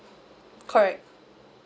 correct